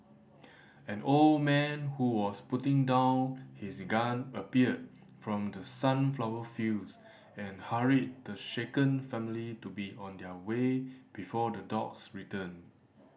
an old man who was putting down his gun appeared from the sunflower fields and hurried the shaken family to be on their way before the dogs return